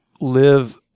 live